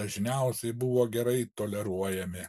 dažniausiai buvo gerai toleruojami